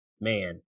man